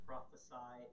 Prophesy